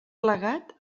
plegat